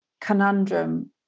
conundrum